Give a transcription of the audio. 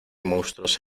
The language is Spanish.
monstruos